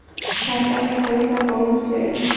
खाता मे पईसा पहुंच जाई